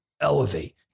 Elevate